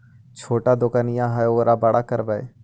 छोटा दोकनिया है ओरा बड़ा करवै?